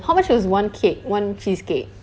how much was one cake one cheesecake